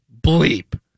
bleep